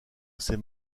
assez